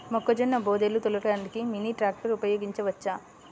మొక్కజొన్న బోదెలు తోలడానికి మినీ ట్రాక్టర్ ఉపయోగించవచ్చా?